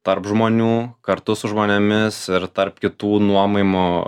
tarp žmonių kartu su žmonėmis ir tarp kitų nuomojamų